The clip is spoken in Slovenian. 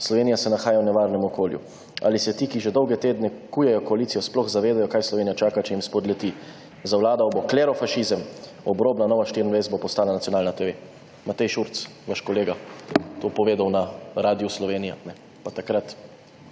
Slovenija se nahaja v nevarnem okolju. Ali se ti, ki že dolge tedne kujejo koalicijo, sploh zavedajo, kaj Slovenijo čaka, če jim spodleti? Zavladal bo klerofašizem, obrobna Nova24 bo postala nacionalna TV.« Matej Šurc, vaš kolega, je to povedal na Radiu Slovenija, pa takrat